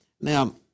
Now